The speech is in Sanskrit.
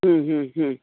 ह्म् ह्म् ह्म्